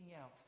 out